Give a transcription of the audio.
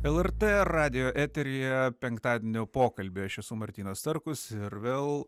lrt radijo eteryje penktadienio pokalbiai aš esu martynas starkus ir vėl